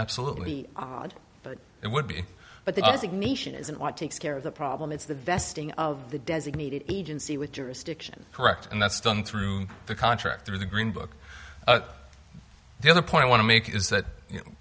absolutely but it would be but the designation isn't what takes care of the problem it's the vesting of the designated agency with jurisdiction correct and that's done through the contract through the green book but the other point i want to make is that you know